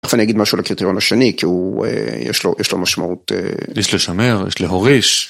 תיכף אני אגיד משהו על הקריטריון השני, כי יש לו משמעות. יש לשמר, יש להוריש.